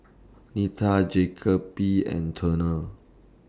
Nita Jacoby and Turner